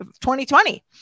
2020